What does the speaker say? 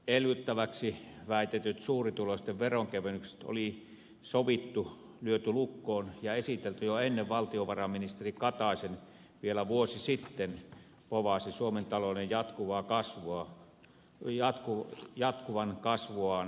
elvyttäväksi väitetyt suurituloisten veronkevennykset oli sovittu lyöty lukkoon ja esitelty jo ennen kuin valtiovarainministeri katainen vielä vuosi sitten povasi suomen talouden jatkavan kasvuaan hyvää vauhtia